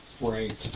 Right